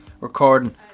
Recording